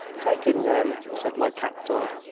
take him, then, said my captor.